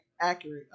accurate